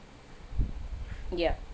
yup